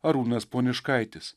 arūnas poniškaitis